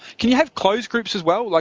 can you have closed groups as well? like